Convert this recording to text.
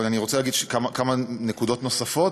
אבל אני רוצה להגיד כמה נקודות נוספות